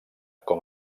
com